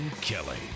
Kelly